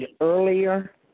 earlier